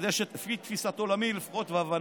לפחות לפי תפיסת עולמי והבנתי: